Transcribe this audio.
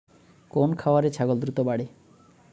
কোন খাওয়ারে ছাগল দ্রুত বাড়ে?